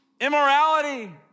immorality